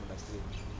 industry